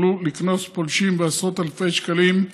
יוכלו לקנוס פולשים בעשרות אלפי שקלים,